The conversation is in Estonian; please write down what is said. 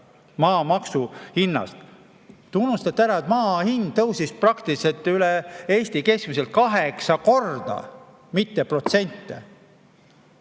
maa [maksustamis]hinnast. Te unustate ära, et maa hind tõusis praktiliselt üle Eesti keskmiselt kaheksa korda, mitte protsenti.